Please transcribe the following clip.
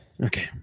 Okay